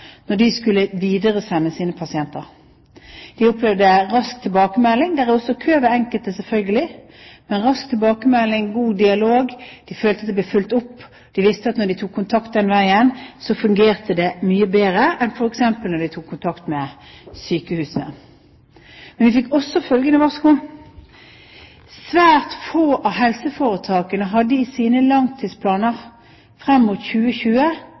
når de skulle videresende sine pasienter. De opplevde å få rask tilbakemelding – det er også kø hos enkelte, selvfølgelig – og god dialog. De følte at de ble fulgt opp, og de visste at når de tok kontakt den veien, fungerte det mye bedre enn f.eks. når de tok kontakt med sykehusene. Men vi fikk også følgende varsko: Svært få av helseforetakene hadde i sine langtidsplaner frem mot 2020